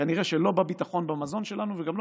כנראה שלא בביטחון המזון שלנו וגם לא